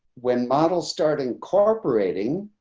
when models start incorporating.